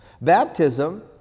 Baptism